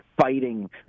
fighting